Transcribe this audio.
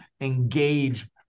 engage